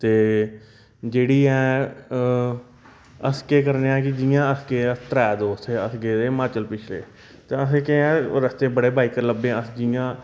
ते जेह्ड़ी ऐ अस केह् करने आं कि जि'यां के अस त्रै दोस्त हे अस गेदे हे हिमाचल पिच्छें ते अस केह् ऐ रस्ते बड़े बाइकर लब्भे असें ई जि'यां